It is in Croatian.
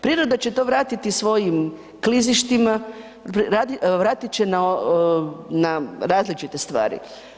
Priroda će to vratiti svojim klizištima, vratit će na različite stvari.